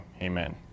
amen